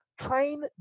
Train